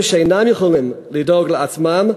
שאינם יכולים לדאוג לעצמם,